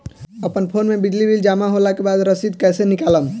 अपना फोन मे बिजली बिल जमा होला के बाद रसीद कैसे निकालम?